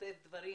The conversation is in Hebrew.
וכותב דברים